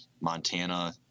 Montana